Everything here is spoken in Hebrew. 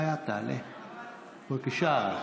אבל הוא אישר.